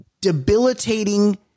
debilitating